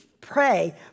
pray